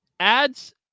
Ads